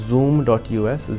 Zoom.us